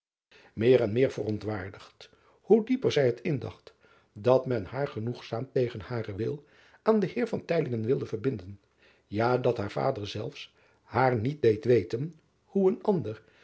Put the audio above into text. eer en meer verontwaardigd hoe dieper zij het indacht dat men haar genoegzaam tegen haren wil aan den eer wilde verbinden ja dat haar vader zelfs haar niet deed weten hoe een ander